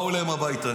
באו אליהם הביתה.